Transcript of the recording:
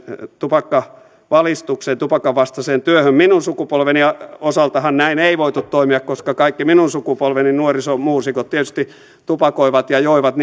tupakkavalistukseen tupakanvastaiseen työhön minun sukupolveni osaltahan näin ei voitu toimia koska kaikki minun sukupolveni nuorisomuusikot tietysti tupakoivat ja joivat